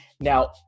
Now